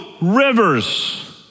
rivers